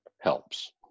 helps